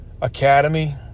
academy